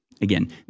again